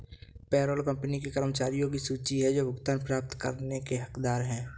payroll company के कर्मचारियों की सूची है जो भुगतान प्राप्त करने के हकदार हैं